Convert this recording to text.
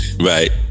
Right